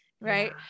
right